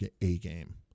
a-game